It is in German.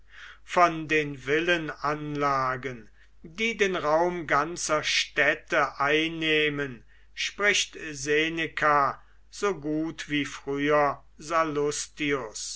von den villenanlagen die den raum ganzer städte einnehmen spricht seneka so gut wie früher